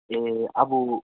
ए अब